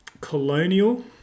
colonial